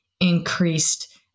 increased